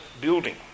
building